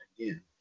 Again